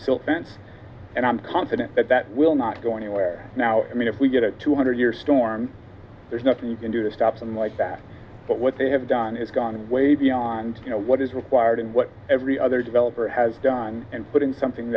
silk fence and i'm confident that that will not go anywhere now i mean if we get a two hundred year storm there's nothing you can do to stop them like that but what they have done has gone way beyond what is required and what every other developer has done and put in something